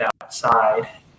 outside